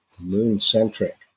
moon-centric